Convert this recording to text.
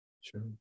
Sure